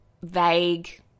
Vague